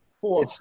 Four